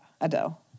Adele